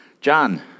John